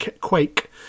Quake